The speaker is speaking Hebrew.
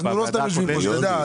אנחנו לא סתם יושבים פה, שתדע.